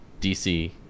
DC